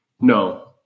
no